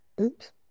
oops